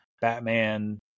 Batman